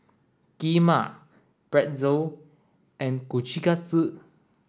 kheema Pretzel and Kushikatsu